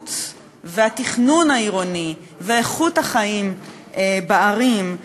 האיכות והתכנון העירוני ואיכות החיים בערים,